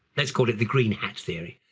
let's call it the green hat theory.